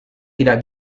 tidak